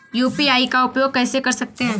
UPI का उपयोग कैसे कर सकते हैं?